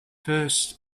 first